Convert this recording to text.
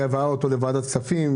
אי הבאתו לוועדת כספים,